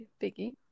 biggie